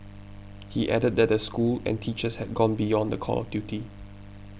he added that the school and teachers had gone beyond the call of duty